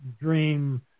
dream